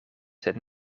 sed